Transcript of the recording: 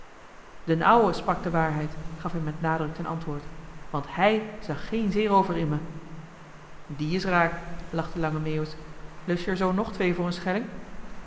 d'n ouwe sprak de waarheid gaf hij met nadruk ten antwoord want hij zag geen zeeroover in me die's raak lachte lange meeuwis lust je er zoo nog twee voor een schelling